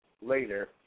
later